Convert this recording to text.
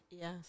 Yes